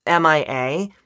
MIA